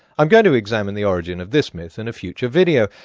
i'm going to examine the origin of this myth in a future video,